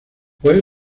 fue